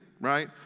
Right